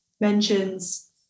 mentions